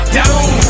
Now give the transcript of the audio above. down